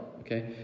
okay